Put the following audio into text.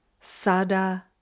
sada